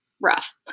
rough